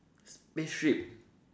spaceship